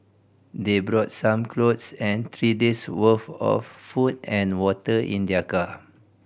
they brought some clothes and three days worth of food and water in their car